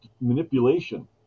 manipulation